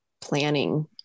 planning